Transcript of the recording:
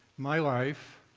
my life,